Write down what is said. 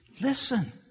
Listen